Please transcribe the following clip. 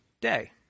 Day